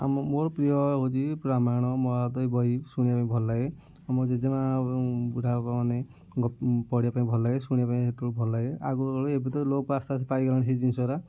ଆମ ମୋର ପ୍ରିୟ ହେଉଛି ରାମାୟଣ ମହାଭାରତ ବହି ଶୁଣିବା ପାଇଁ ଭଲ ଲାଗେ ଆମ ଜେଜେମାଁ ବୁଢ଼ାବାପାମାନେ ଗପ ପଢ଼ିବା ପାଇଁ ଭଲଲାଗେ ଶୁଣିବା ପାଇଁ ଭଲ ଲାଗେ ଏବେ ତ ଲୋପ ଆସ୍ତେ ଆସ୍ତେ ପାଇଗଲାଣି ସେଇ ଜିନିଷ ଗୁଡ଼ା